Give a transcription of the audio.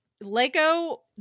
Lego